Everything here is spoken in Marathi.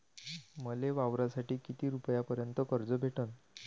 मले वावरासाठी किती रुपयापर्यंत कर्ज भेटन?